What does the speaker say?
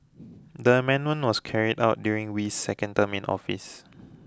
the amendment was carried out during Wee's second term in office